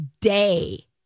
day